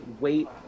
wait